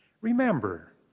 Remember